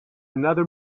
another